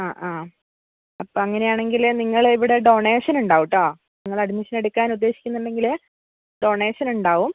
ആ ആ അപ്പം അങ്ങനെ ആണെങ്കിൽ നിങ്ങൾ ഇവിടെ ഡൊണേഷൻ ഉണ്ടാവും കേട്ടോ നിങ്ങൾ ഇവിടെ അഡ്മിഷൻ എടുക്കാൻ ഉദ്ദേശിക്കുന്നുണ്ടെങ്കിൽ ഡൊണേഷൻ ഉണ്ടാവും